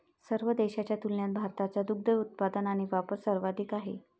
सर्व देशांच्या तुलनेत भारताचा दुग्ध उत्पादन आणि वापर सर्वाधिक आहे